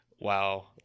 Wow